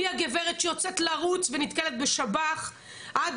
מהגברת שיוצאת לרוץ ונתקלת בשב"ח עד